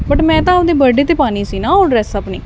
but ਮੈਂ ਤਾਂ ਉਹਦੇ ਬਰਥਡੇ 'ਤੇ ਪਾਉਣੀ ਸੀ ਨਾ ਉਹ ਡ੍ਰੇਸ ਆਪਣੀ